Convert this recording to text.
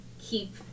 keep